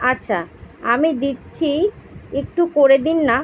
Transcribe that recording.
আচ্ছা আমি দিচ্ছি একটু করে দিন না